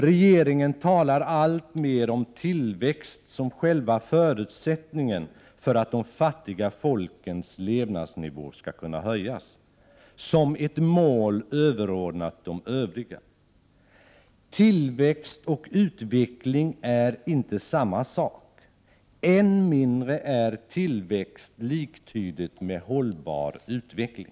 Regeringen talar alltmer om tillväxt som själva förutsättningen för att de fattiga folkens levnadsnivå skall kunna höjas, som ett mål överordnat övriga mål. Tillväxt och utveckling är inte samma sak. Än mindre är tillväxt liktydigt med hållbar utveckling.